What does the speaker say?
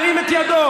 ירים את ידו.